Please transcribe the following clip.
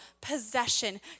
possession